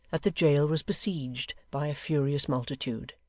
that the jail was besieged by a furious multitude.